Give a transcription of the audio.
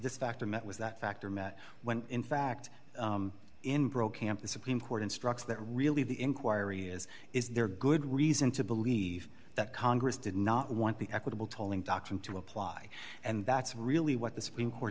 this factor met was that factor met when in fact in brokamp the supreme court instructs that really the inquiry is is there good reason to believe that congress did not want the equitable tolling doctrine to apply and that's really what the supreme court